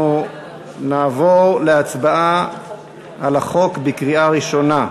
אנחנו נעבור להצבעה על החוק בקריאה ראשונה.